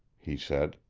he said.